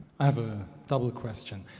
i have a double question.